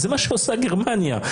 זה מה שעושה גרמניה,